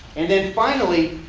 and then finally,